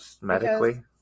Medically